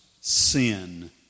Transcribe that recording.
sin